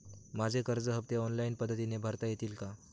माझे कर्ज हफ्ते ऑनलाईन पद्धतीने भरता येतील का?